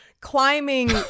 climbing